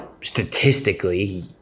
statistically